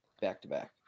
back-to-back